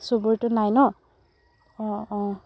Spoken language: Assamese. চুবুৰীটোত নাই ন অ' অ'